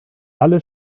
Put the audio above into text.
alle